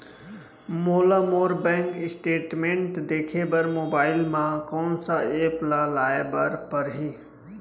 मोला मोर bank statement देखे बर मोबाइल मा कोन सा एप ला लाए बर परही?